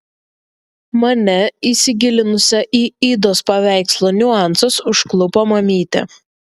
mane įsigilinusią į idos paveikslo niuansus užklupo mamytė